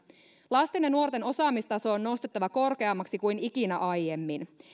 lasten ja nuorten osaamistaso on nostettava korkeammaksi kuin ikinä aiemmin